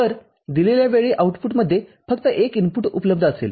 तर दिलेल्या वेळी आउटपुटमध्ये फक्त एक इनपुट उपलब्ध असेल